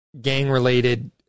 gang-related